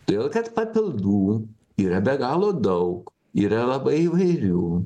todėl kad papildų yra be galo daug yra labai įvairių